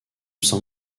sens